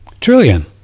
Trillion